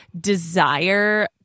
desire